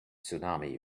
tsunami